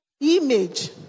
image